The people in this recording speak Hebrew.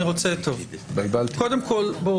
אני מבין קודם כל שאין בנמצא היום,